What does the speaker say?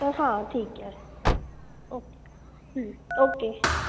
तो हाँ ठीक है ओक हूँ ओके